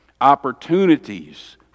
Opportunities